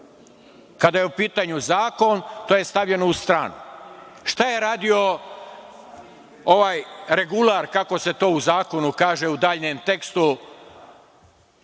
je u pitanju zakon, to je stavljeno u stranu. Šta je radio ovaj regular, kako se to u zakonu kaže u daljnjem tekstu?